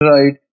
Right